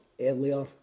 earlier